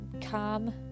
Calm